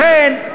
לכן,